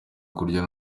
kurya